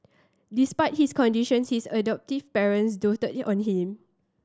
despite his conditions his adoptive parents doted on him